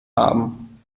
haben